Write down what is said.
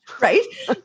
Right